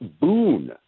boon